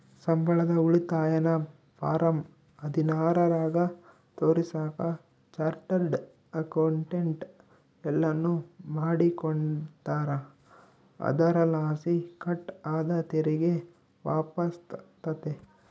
ಸಂಬಳದ ಉಳಿತಾಯನ ಫಾರಂ ಹದಿನಾರರಾಗ ತೋರಿಸಾಕ ಚಾರ್ಟರ್ಡ್ ಅಕೌಂಟೆಂಟ್ ಎಲ್ಲನು ಮಾಡಿಕೊಡ್ತಾರ, ಅದರಲಾಸಿ ಕಟ್ ಆದ ತೆರಿಗೆ ವಾಪಸ್ಸಾತತೆ